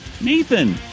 Nathan